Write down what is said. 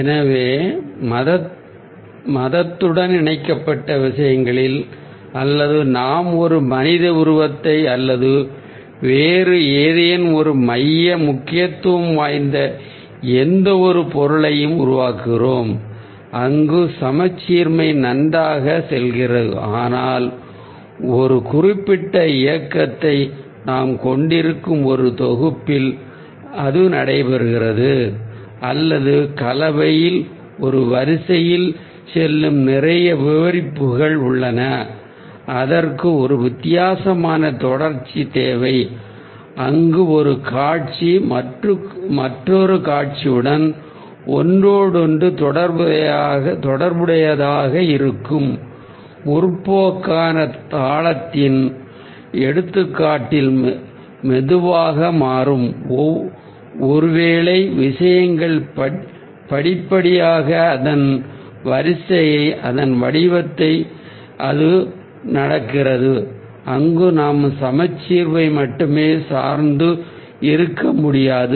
எனவே மதத்துடன் இணைக்கப்பட்ட விஷயங்களில் அல்லது நாம் ஒரு மனித உருவத்தை அல்லது வேறு ஏதேனும் ஒரு மைய முக்கியத்துவம் வாய்ந்த எந்தவொரு பொருளையும் உருவாக்குகிறோம் அங்கு சமச்சீர்மை சரியாக அமைகிறது ஆனால் நடைபெறுகின்ற ஒரு குறிப்பிட்ட இயக்கத்தை நாம் கொண்டிருக்கும் ஒரு தொகுப்பில் அல்லது கலவையில் ஒரு வரிசையில் செல்லும் நிறைய விவரிப்புகள் என்றால் உள்ளன அதற்கு ஒரு வித்தியாசமான தொடர்ச்சி தேவை அங்கு ஒரு காட்சி மற்றொரு காட்சியுடன் ஒன்றோடொன்று தொடர்புடையதாக இருக்கும் முற்போக்கான சந்தத்தின்எடுத்துக்காட்டில் மெதுவாக மாறும் ஒருவேளை விஷயங்கள் படிப்படியாக அதன் வரிசையை அதன் வடிவத்தை அது நடக்கிறது அங்கு நாம் சமச்சீர்வை மட்டுமே சார்ந்து இருக்க முடியாது